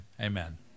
amen